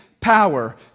power